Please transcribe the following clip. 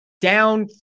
down